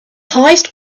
highest